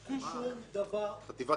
החטיבה עובדת אך ורק לפי החוק.